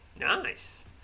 Nice